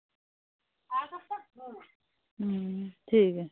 अं ठीक ऐ